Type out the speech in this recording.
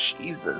Jesus